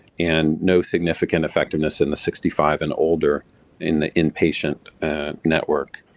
and no significant effectiveness in the sixty five and older in the inpatient network.